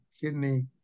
kidney